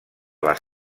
les